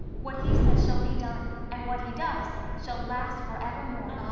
what he says shall be done and what he does shall last forevermore!